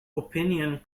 opinion